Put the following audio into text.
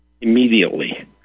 immediately